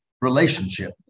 relationship